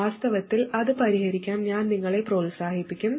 വാസ്തവത്തിൽ അത് പരിഹരിക്കാൻ ഞാൻ നിങ്ങളെ പ്രോത്സാഹിപ്പിക്കും